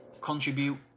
Contribute